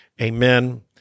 Amen